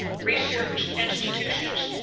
research institutions,